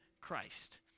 christ